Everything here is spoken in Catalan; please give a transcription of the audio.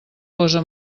posa